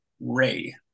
Ray